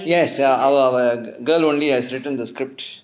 yes our our girl only has written the script